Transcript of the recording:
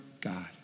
God